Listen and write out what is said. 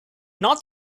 not